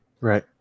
right